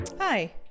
Hi